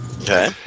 Okay